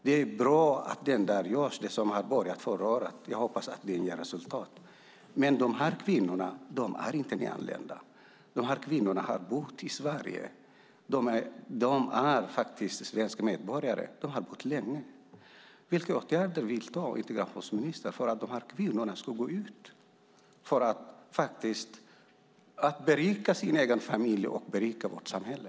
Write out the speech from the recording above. Det är bra att det som har börjat förra året görs, och jag hoppas att det ger resultat. De här kvinnorna är dock inte nyanlända. De här kvinnorna har bott i Sverige. De är faktiskt svenska medborgare; de har bott här länge. Vilka åtgärder vidtar integrationsministern för att dessa kvinnor ska gå ut och faktiskt berika sin egen familj och berika vårt samhälle?